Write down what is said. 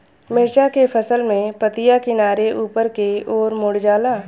मिरचा के फसल में पतिया किनारे ऊपर के ओर मुड़ जाला?